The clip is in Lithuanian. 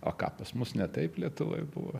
o ką pas mus ne taip lietuvoj buvo